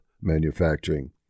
manufacturing